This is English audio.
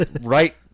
right